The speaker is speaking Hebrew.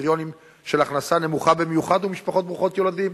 בקריטריונים של הכנסה נמוכה במיוחד ומשפחות ברוכות ילדים,